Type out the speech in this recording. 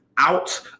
out